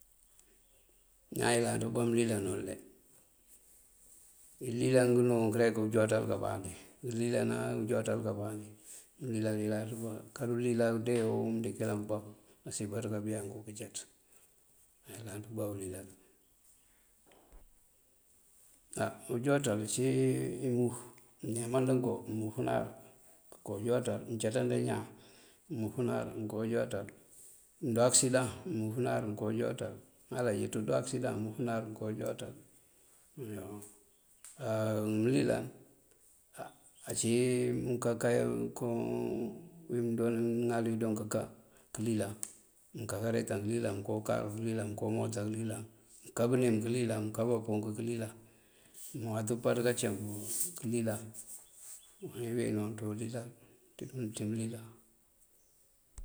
Ñaan yëláanţ pëbá ulilanul de. Ililan ngënú wuŋ rek ujooţal kabáandí, ililan áa ujooţal kabáandí. Ulilan yëláanţ koolan kaduliláa udeewu mëndiŋ këyëlan pëbá pul nasiyën baţí kabí yanku këcaţ, mënyëláanţ pëbá ulilan. Á ujooţal cí imuf mëneemande ko mufënáar këko ujooţal, mëncaţandun ñaan mufënáar këko ujooţal, mëndo akësidan mufënáar këko ujooţal, ŋal ayëţú do akësidan mufënáar këko ujooţal yoo. Á ngëlilan á ací mënka kayiro koo wí mëŋal wí dokëká këlilan mënká karetan këlilan, mënka ukáaru këlilan, mënká umoota këlilan, mënká bënim këlilan, mënká bapúunk këlilan, mënwaţ upaţ kacëmp këlilan. Wul wí wín wuŋ ţí ulilan ţí mënlilan.